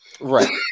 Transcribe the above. Right